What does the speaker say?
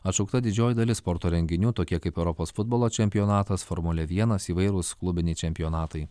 atšaukta didžioji dalis sporto renginių tokie kaip europos futbolo čempionatas formulė vienas įvairūs klubiniai čempionatai